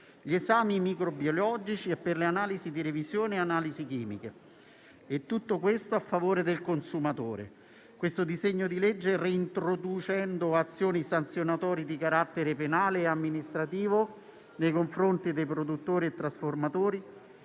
gli esami microbiologici e le analisi di revisione e analisi chimiche. Tutto questo a favore del consumatore. Il decreto-legge in esame, reintroducendo azioni sanzionatorie di carattere penale e amministrativo nei confronti dei produttori e trasformatori,